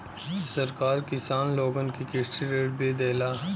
सरकार किसान लोगन के कृषि ऋण भी देला